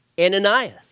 Ananias